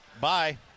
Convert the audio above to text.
bye